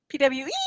PWE